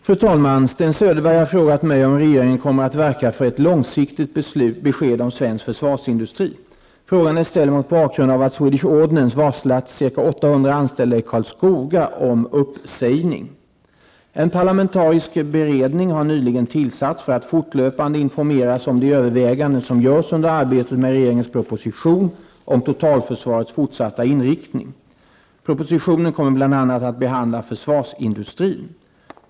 Fru talman! Sten Söderberg har frågat mig om regeringen kommer att verka för ett långsiktigt besked om svensk försvarsindustri. Frågan är ställd mot bakgrund av att Swedish Ordnance varslat ca En parlamentarisk beredning har nyligen tillsatts för att fortlöpande informeras om de överväganden som görs under arbetet med regeringens proposition om totalförsvarets fortsatta inriktning. Propositionen kommer bl.a. att behandla försvarsindustrin.